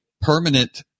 permanent